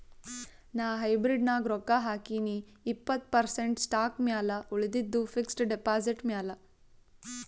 ನಾ ಹೈಬ್ರಿಡ್ ನಾಗ್ ರೊಕ್ಕಾ ಹಾಕಿನೀ ಇಪ್ಪತ್ತ್ ಪರ್ಸೆಂಟ್ ಸ್ಟಾಕ್ ಮ್ಯಾಲ ಉಳಿದಿದ್ದು ಫಿಕ್ಸಡ್ ಡೆಪಾಸಿಟ್ ಮ್ಯಾಲ